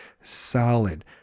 solid